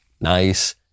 nice